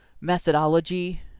methodology